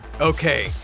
Okay